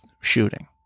shooting